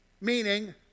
Meaning